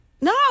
No